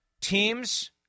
teams